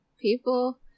People